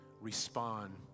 respond